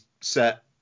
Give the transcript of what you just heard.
set